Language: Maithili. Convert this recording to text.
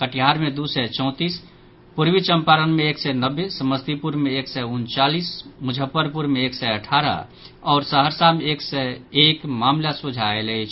कटिहार मे दू सय चौंतीस पूर्वी चंपारण मे एक सय नब्बे समस्तीपुर मे एक सय उनचालीस मुजफ्फरपुर मे एक सय अठारह आओर सहरसा मे एक सय एक मामिला सोझा आयल अछि